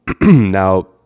Now